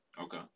Okay